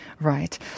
Right